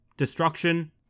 destruction